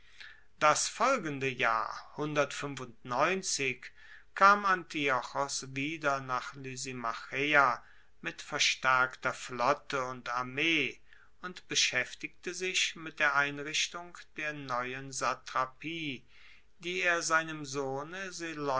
das folgende jahr kam antiochos wieder nach lysimacheia mit verstaerkter flotte und armee und beschaeftigte sich mit der einrichtung der neuen satrapie die er seinem sohne